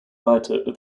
lighter